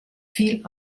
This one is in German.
viel